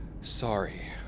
sorry